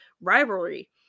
rivalry